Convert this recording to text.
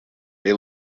they